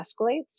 escalates